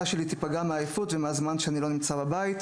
שלי תיפגע מהעייפות ומהזמן שאני לא נמצא בבית.